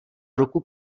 ruku